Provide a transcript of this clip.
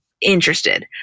interested